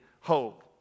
hope